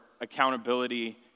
accountability